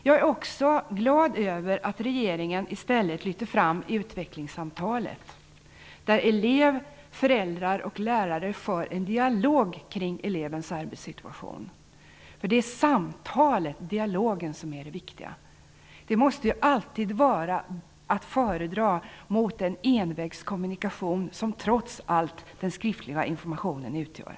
Jag är också glad över att regeringen i stället lyfter fram utvecklingssamtalet där elev, föräldrar och lärare för en dialog kring elevens arbetssituation. Det är samtalet, dialogen, som är det viktiga. Det måste alltid vara att föredra jämfört med den envägskommunikation som trots allt den skriftliga informationen utgör.